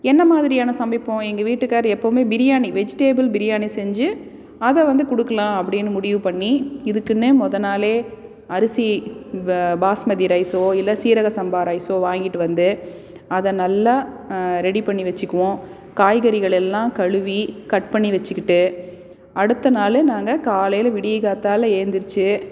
என்ன மாதிரியாக சமைப்போம் எங்கள் வீட்டுக்கார் எப்போதுமே பிரியாணி வெஜிடேபிள் பிரியாணி செஞ்சு அதை வந்து கொடுக்கலாம் அப்படின்னு முடிவுப்பண்ணி இதுக்குன்னே மொதல் நாளே அரிசி பாஸ்மதி ரைஸோ இல்லை சீரக சம்பா ரைஸோ வாங்கிகிட்டு வந்து அதை நல்லா ரெடி பண்ணி வச்சுக்குவோம் காய்கறிகளெல்லாம் கழுவி கட் பண்ணி வச்சுக்கிட்டு அடுத்த நாள் நாங்கள் காலையில் விடியகாத்தால ஏந்திரிச்சு